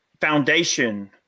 foundation